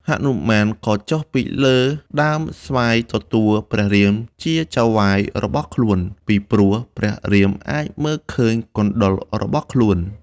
ហនុមានក៏ចុះពីលើ ដើមស្វាយទទួលព្រះរាមជាចៅហ្វាយរបស់ខ្លួន ពីព្រោះព្រះរាមអាចមើលឃើញកុណ្ឌលរបស់ ខ្លួន។